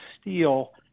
steel